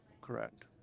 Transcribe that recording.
correct